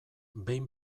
behin